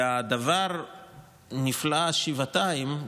והדבר נפלא שבעתיים,